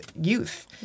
youth